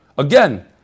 Again